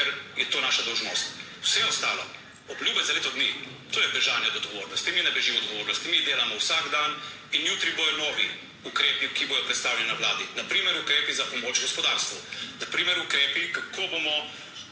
ker je to naša dolžnost. Vse ostalo, obljube za leto dni, to je bežanje od odgovornosti, mi ne beži odgovornost, mi delamo vsak dan in jutri bodo novi ukrepi, ki bodo predstavljeni na Vladi. Na primer ukrepi za pomoč gospodarstvu, na primer ukrepi kako bomo